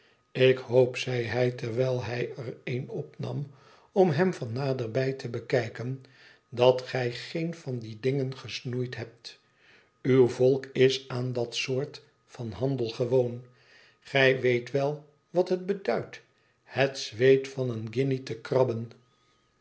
ik hoop zei hij terwijl hij er een opnam om hem van naderbij te bekijken dat gij geen van die dingen gesnoeid hebt uw volk is aan dat soort van handel gewoon gij weet wel wat het beduidt het zweet van een gumje te krabben